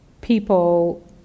people